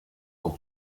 dans